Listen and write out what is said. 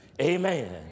Amen